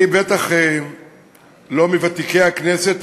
אני בטח לא מוותיקי הכנסת,